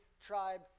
tribe